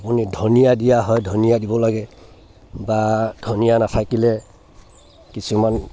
আপুনি ধনিয়া দিয়া হয় ধনিয়া দিব লাগে বা ধনিয়া নাথাকিলে কিছুমান